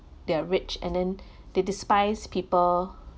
they are rich and then they despised people